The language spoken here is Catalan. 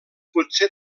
potser